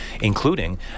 including